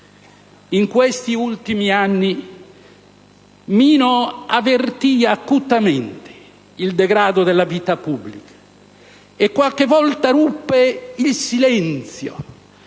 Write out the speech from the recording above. In questi ultimi anni, Mino avvertì acutamente il degrado della vita pubblica, e qualche volta ruppe il silenzio,